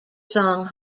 song